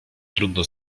trudno